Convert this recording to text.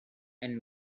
and